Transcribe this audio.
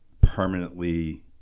permanently